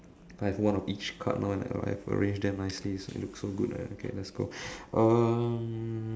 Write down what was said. I've one of each card now and I've arranged them nicely so it look so good like that okay let's go um